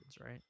right